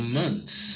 months